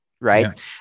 right